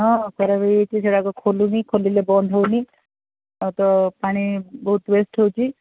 ହଁ ସେଇଟା ବି ସେଇଟା କିଛି ଖୋଲୁନି ଖୋଲିଲେ ବନ୍ଦ ହେଉନି ଆଉ ତ ପାଣି ବହୁତ ୱେଷ୍ଟ୍ ହେଉଛି